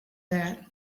that